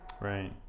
Right